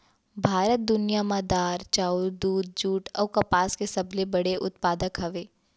भारत दुनिया मा दार, चाउर, दूध, जुट अऊ कपास के सबसे बड़े उत्पादक हवे